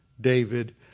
David